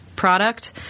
product